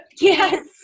Yes